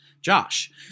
Josh